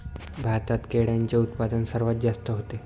भारतात केळ्यांचे उत्पादन सर्वात जास्त होते